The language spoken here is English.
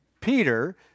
Peter